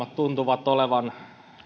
viisaimmat tuntuvat olevan